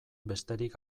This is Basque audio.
besterik